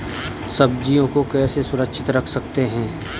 सब्जियों को कैसे सुरक्षित रख सकते हैं?